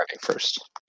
first